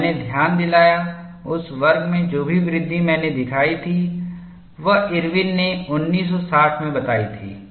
और मैंने ध्यान दिलाया उस वर्ग में जो भी वृद्धि मैंने दिखाई थी वह इरविनIrwin's ने 1960 में बताई थी